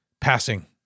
passing